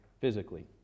physically